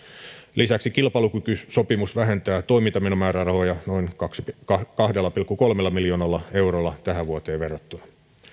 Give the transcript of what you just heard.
lisäksi kilpailukykysopimus vähentää toimintameno määrärahoja noin kahdella pilkku kolmella miljoonalla eurolla tähän vuoteen verrattuna